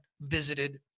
visited